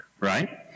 Right